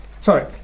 sorry